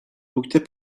buďte